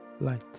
light